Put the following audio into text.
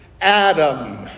Adam